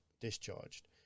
discharged